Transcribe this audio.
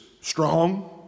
strong